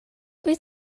wyt